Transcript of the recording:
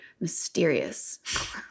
mysterious